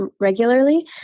Regularly